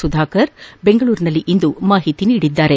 ಸುಧಾಕರ್ ಬೆಂಗಳೂರಿನಲ್ಲಿಂದು ಮಾಹಿತಿ ನೀಡಿದ್ದಾರೆ